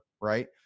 right